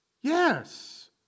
Yes